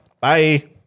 Bye